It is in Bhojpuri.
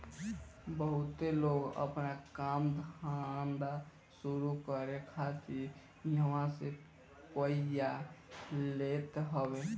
बहुते लोग आपन काम धंधा शुरू करे खातिर इहवा से पइया लेत हवे